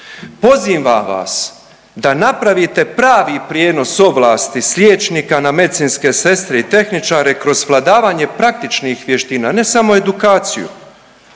Pozivam vas da napravite pravi prijenos ovlasti sa liječnika na medicinske sestre i tehničare kroz svladavanje praktičnih vještina ne samo edukaciju,